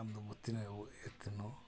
ನಮ್ಮದು ಮುತ್ತಿನ ಇತ್ತೆನೋ